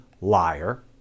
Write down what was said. liar